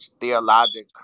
theologic